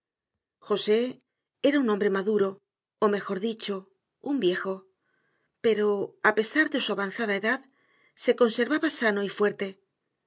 josé era un hombre maduro o mejor dicho un viejo pero a pesar de su avanzada edad se conservaba sano y fuerte